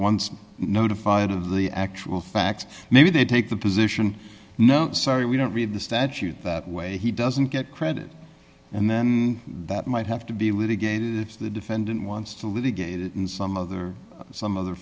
once notified of the actual facts maybe they take the position no sorry we don't read the statute that way he doesn't get credit and then that might have to be litigated if the defendant wants to litigate it in some other some other